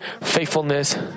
faithfulness